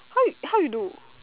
how you how you do